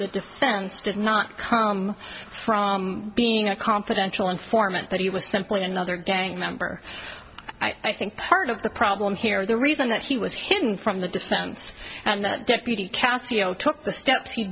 the defense did not come from being a confidential informant that he was simply another gang member i think part of the problem here the reason that he was hidden from the defense and that deputy castillo took the steps he